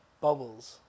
Bubbles